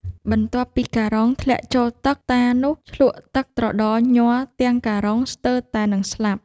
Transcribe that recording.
បន្ទាប់ពីការុងធ្លាក់ចូលទឹក តានោះឈ្លក់ទឹកត្រដរញ័រទាំងការុងស្ទើរតែនិងស្លាប់។